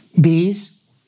bees